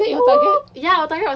oh is it your target